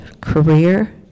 career